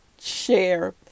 share